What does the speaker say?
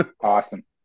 awesome